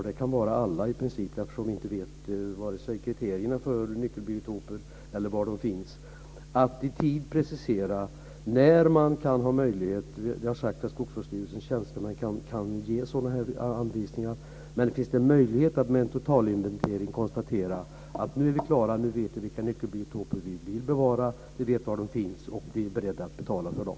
Och det kan gälla alla skogsägare, eftersom vi inte vet vare sig kriterier för nyckelbiotoper eller var de finns - det har sagts att Skogsvårdsstyrelsens tjänstemän kan ge anvisningar. Finns det möjlighet att efter en totalinventering konstatera vilka nyckelbiotoper som ska bevaras, var de finns och att man är beredd att betala för dem?